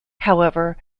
however